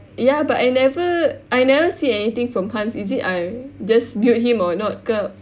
ya but I never I never see anything from Hans is it I just built him or not ke